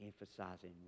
emphasizing